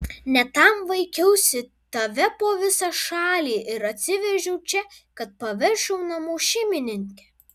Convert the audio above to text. ne tam vaikiausi tave po visą šalį ir atsivežiau čia kad paversčiau namų šeimininke